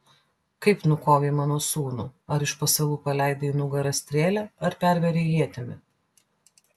kaip nukovei mano sūnų ar iš pasalų paleidai į nugarą strėlę ar pervėrei ietimi